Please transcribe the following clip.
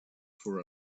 for